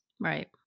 Right